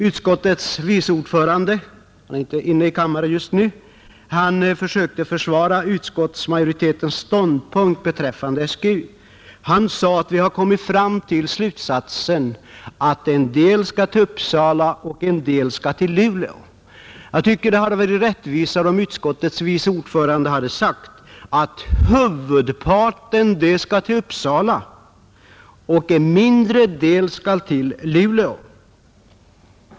Utskottets vice ordförande försökte försvara utskottsmajoritetens ståndpunkt beträffande SGU. Han sade att man kommit till slutsatsen att en del skall till Uppsala och en del till Luleå. Jag tycker det hade varit rättvisare om utskottets vice ordförande hade sagt att huvudparten skall till Uppsala och en mindre del till Luleå.